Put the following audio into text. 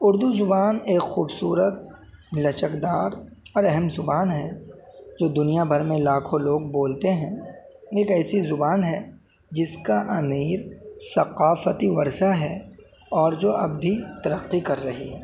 اردو زبان ایک خوبصورت لچک دار اور اہم زبان ہے جو دنیا بھر میں لاکھوں لوگ بولتے ہیں ایک ایسی زبان ہے جس کا امیر ثقافتی ورثہ ہے اور جو اب بھی ترقی کر رہی ہے